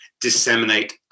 disseminate